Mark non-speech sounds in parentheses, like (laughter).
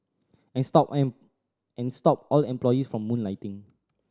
and stop (unintelligible) and stop all employees from moonlighting